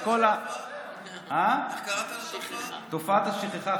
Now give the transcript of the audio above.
איך קראת לתופעה?